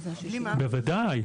בוודאי.